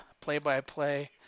play-by-play